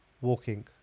walking